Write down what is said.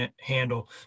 handle